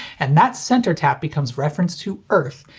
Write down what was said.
and that center tap becomes referenced to earth,